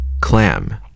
Clam